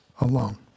alone